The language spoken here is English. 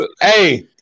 hey